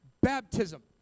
baptism